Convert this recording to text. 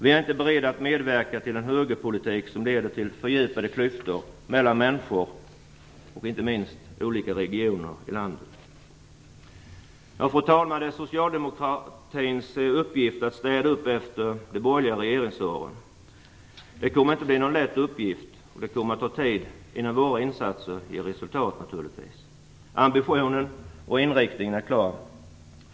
Vi är inte beredda att medverka till en högerpolitik som leder till fördjupade klyftor mellan människor och mellan olika regioner i landet. Fru talman! Det är socialdemokratins uppgift att städa upp efter de borgerliga regeringsåren. Det kommer inte att bli någon lätt uppgift, och det kommer att ta tid innan våra insatser ger resultat. Ambitionen och inriktningen är klar.